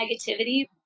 negativity